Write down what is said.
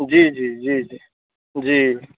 जी जी जी जी जी